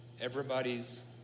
everybody's